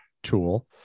tool